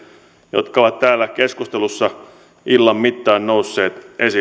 jotka ovat täällä keskustelussa illan mittaan nousseet esille